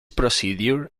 procedure